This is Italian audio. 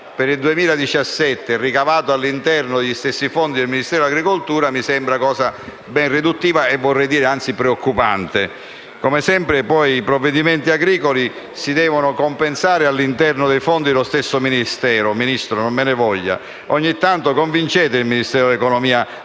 per il 2017, ricavato all'interno degli stessi fondi del Ministero delle politiche agricole, mi sembra cosa ben riduttiva: anzi, preoccupante. Come sempre, poi, i provvedimenti agricoli si devono compensare all'interno dei fondi dello stesso Ministero. Vice Ministro, non me ne voglia; ogni tanto convincete il Ministero dell'economia